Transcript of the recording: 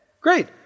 great